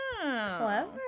Clever